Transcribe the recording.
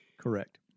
Correct